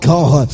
God